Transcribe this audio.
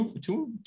two